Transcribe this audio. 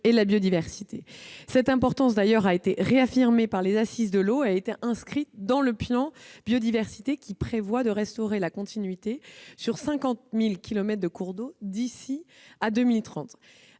et la biodiversité. Cette importance a d'ailleurs été réaffirmée par les Assises de l'eau et a été inscrite dans le plan Biodiversité, qui prévoit de restaurer la continuité sur 50 000 kilomètres de cours d'eau d'ici à 2030.